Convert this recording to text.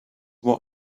what